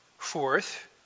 Fourth